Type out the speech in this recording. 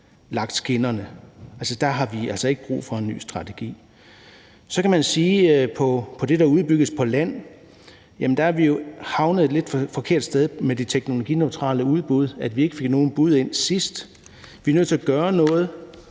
finansloven. Der har vi altså ikke brug for en ny strategi. Så kan man sige om det, der udbygges på land, at vi er havnet et lidt forkert sted med det teknologineutrale udbud, for vi fik ikke nogen bud ind sidst. Vi er nødt til at gøre noget.